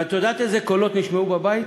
ואת יודעת איזה קולות נשמעו בבית?